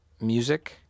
Music